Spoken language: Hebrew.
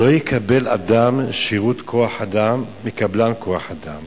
"לא יקבל אדם שירות כוח-אדם מקבלן כוח אדם